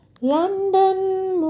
London